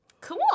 Cool